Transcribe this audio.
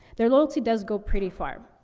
their loyalty does go pretty far.